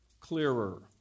clearer